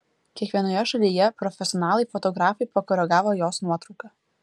kiekvienoje šalyje profesionalai fotografai pakoregavo jos nuotrauką